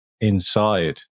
inside